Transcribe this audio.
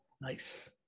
Nice